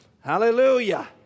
Hallelujah